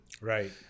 Right